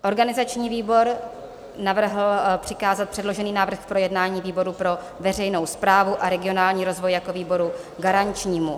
Organizační výbor navrhl přikázat předložený návrh k projednání výboru pro veřejnou správu a regionální rozvoj jako výboru garančnímu.